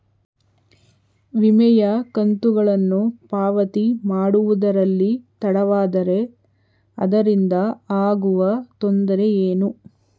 ವಿಮೆಯ ಕಂತುಗಳನ್ನು ಪಾವತಿ ಮಾಡುವುದರಲ್ಲಿ ತಡವಾದರೆ ಅದರಿಂದ ಆಗುವ ತೊಂದರೆ ಏನು?